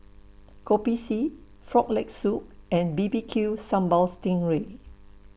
Kopi C Frog Leg Soup and B B Q Sambal Sting Ray